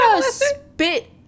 spit